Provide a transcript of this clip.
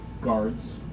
guards